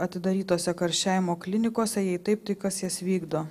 atidarytose karščiavimo klinikose jei taip tai kas jas vykdo